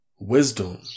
wisdom